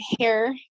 hair